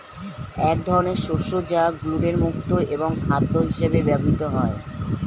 এক ধরনের শস্য যা গ্লুটেন মুক্ত এবং খাদ্য হিসেবে ব্যবহৃত হয়